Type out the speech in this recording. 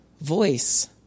voice